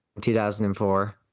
2004